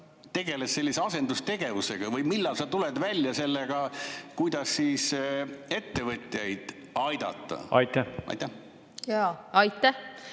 tegeled asendustegevusega? Või millal sa tuled välja sellega, kuidas ettevõtjaid aidata? Aitäh! Aitäh!